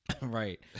Right